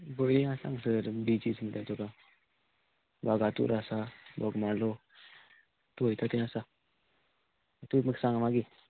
बळी आसा हांगसर बिचीस म्हणटा तुका वागातूर आसा बोगमालो वयता थंय आसा तूं म्हाका सांग मागीर